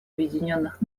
объединенных